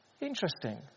Interesting